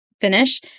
finish